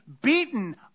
beaten